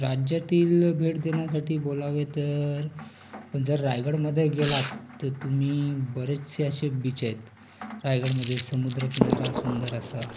राज्यातील भेट देण्यासाठी बोलावे तर जर रायगडमध्ये गेलात तर तुम्ही बरेचसे असे बीच आहेत रायगडमध्ये समुद्रकिनारा सुंदर असा